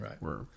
right